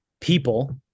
people